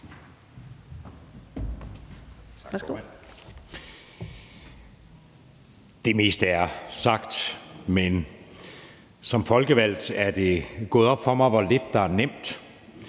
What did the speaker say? Det meste er sagt, men som folkevalgt er det gået op for mig, hvor lidt der er nemt,